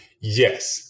yes